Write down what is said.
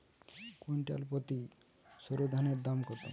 Quintal প্রতি সরুধানের দাম কত?